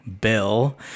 Bill